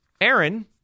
Aaron